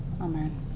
Amen